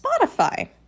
spotify